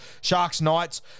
Sharks-Knights